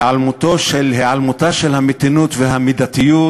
היעלמות המתינות והמידתיות,